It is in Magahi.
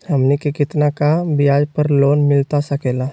हमनी के कितना का ब्याज पर लोन मिलता सकेला?